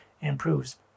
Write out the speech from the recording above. improves